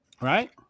right